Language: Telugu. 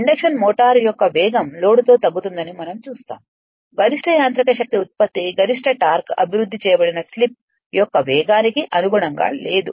ఇండక్షన్ మోటారు యొక్క వేగం లోడ్తో తగ్గుతుందని మనం చూస్తాము గరిష్ట యాంత్రిక శక్తి ఉత్పత్తి గరిష్ట టార్క్ అభివృద్ధి చేయబడిన స్లిప్ యొక్క వేగానికి అనుగుణంగా లేదు